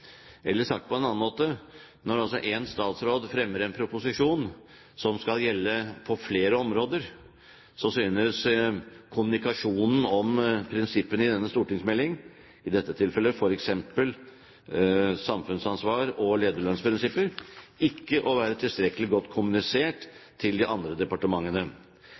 Eller sagt på en annen måte: Når en statsråd fremmer en stortingsmelding som skal gjelde på flere områder, synes kommunikasjonen om prinsippene i denne meldingen, i dette tilfellet f.eks. samfunnsansvar og lederlønnsprinsipper, ikke å være tilstrekkelig godt kommunisert til de andre departementene.